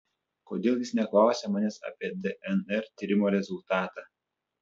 kodėl jis neklausia manęs apie dnr tyrimo rezultatą